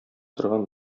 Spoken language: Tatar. торган